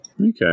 Okay